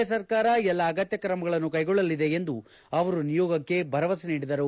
A ಸರ್ಕಾರ ಎಲ್ಲಾ ಅಗತ್ತ ಕ್ರಮಗಳನ್ನು ಕೈಗೊಳ್ಳಲಿದೆ ಎಂದು ಅವರು ನಿಯೋಗಕ್ಕೆ ಭರವಸೆ ನೀಡಿದರು